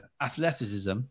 Athleticism